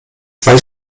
zwei